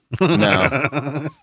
No